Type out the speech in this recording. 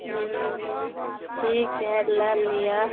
हूँ ठीक हइ लऽ लियै